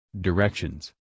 Directions